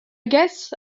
guess